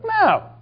No